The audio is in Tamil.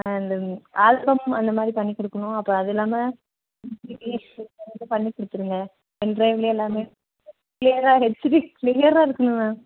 இந்த ஆல்பம் அந்த மாதிரி பண்ணி கொடுக்கணும் அப்புறம் அது இல்லாமல் பண்ணி கொடுத்துருங்க என் பென்ரைவ்லேயே எல்லாமே கிளியராக ஹெச்டி கிளியராக இருக்கணும் மேம்